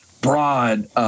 broad